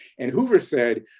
and hoover said,